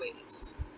ways